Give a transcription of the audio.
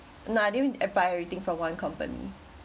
no I didn't buy everything from one company